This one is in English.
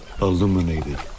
illuminated